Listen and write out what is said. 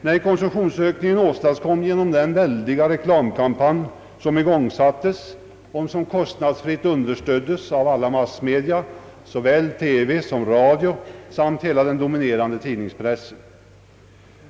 Nej, konsumtionsökningen åstadkoms genom den väldiga reklamkampanj som igångsattes och som kostnadsfritt understöddes av massmedia, såväl radio och TV som den dominerande tidningspressen.